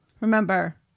Remember